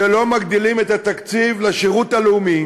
שהן לא מגדילות את התקציב לשירות הלאומי.